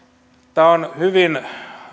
tämä on hyvin